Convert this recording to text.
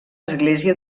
església